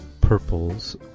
Purples